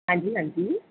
ਹਾਂਜੀ ਹਾਂਜੀ